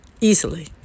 easily